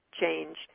change